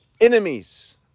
Enemies